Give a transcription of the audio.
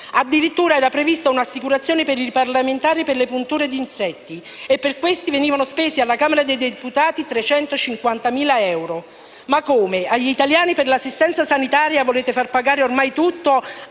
Addirittura era prevista un'assicurazione per i parlamentari per le punture di insetti e per questo venivano spesi 350.000 euro alla Camera dei deputati. Ma come? Agli italiani per l'assistenza sanitaria volete far pagare ormai tutto,